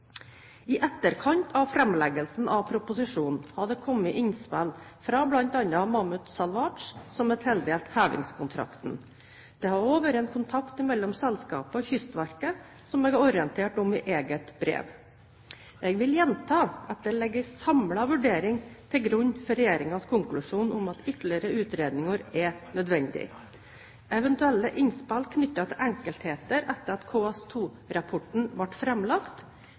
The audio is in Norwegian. I etterkant av fremleggelsen av proposisjonen har det kommet innspill fra bl.a. Mammoet Salvage, som er tildelt hevingskontrakten. Det har også vært kontakt mellom selskapet og Kystverket, som jeg har orientert om i eget brev. Jeg vil gjenta at det ligger en samlet vurdering til grunn for regjeringens konklusjon om at ytterligere utredninger er nødvendig. Eventuelle innspill knyttet til enkeltheter etter at KS2-rapporten ble fremlagt,